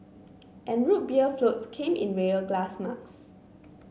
and Root Beer floats came in real glass mugs